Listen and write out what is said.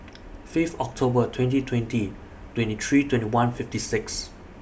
Fifth October twenty twenty twenty three twenty one fifty six